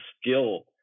skill